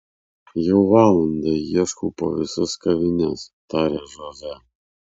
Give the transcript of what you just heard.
jau valandą ieškau po visas kavines tarė žozė